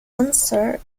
unser